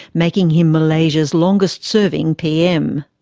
making him malaysia's longest serving pm.